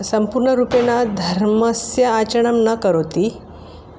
सम्पूर्णरूपेण धर्मस्य आचरणं न करोति